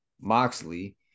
moxley